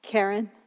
Karen